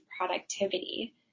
productivity